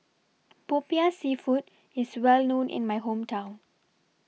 Popiah Seafood IS Well known in My Hometown